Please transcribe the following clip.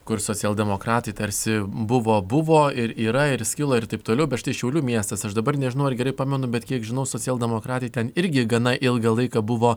kur socialdemokratai tarsi buvo buvo yra ir skilo ir taip toliau bet štai šiaulių miestas aš dabar nežinau ar gerai pamenu bet kiek žinau socialdemokratai ten irgi gana ilgą laiką buvo